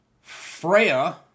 Freya